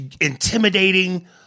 intimidating